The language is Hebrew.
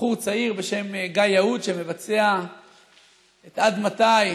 בחור צעיר בשם גיא יהוד שמבצע את "עד מתי"